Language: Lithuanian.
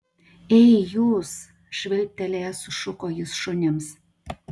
ei jūs švilptelėjęs sušuko jis šunims